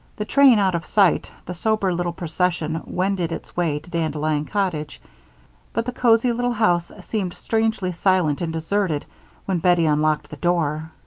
the train out of sight, the sober little procession wended its way to dandelion cottage but the cozy little house seemed strangely silent and deserted when bettie unlocked the door.